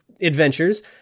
adventures